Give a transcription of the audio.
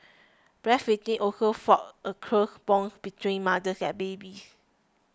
breastfeeding also forges a close bond between mother and baby